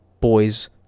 boys